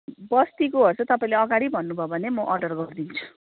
बस्तीकोहरू चाहिँ तपाईँले अगाडि भन्नुभयो भने म अर्डर गरिदिन्छु